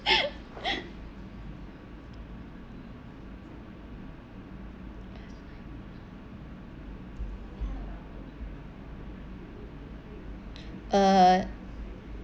uh